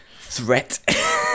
Threat